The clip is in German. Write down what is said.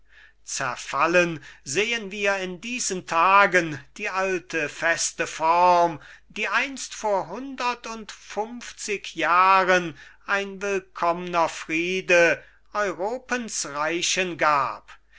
zerfallen sehen wir in diesen tagen die alte feste form die einst vor hundert und funfzig jahren ein willkommner friede europens reichen gab